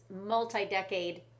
multi-decade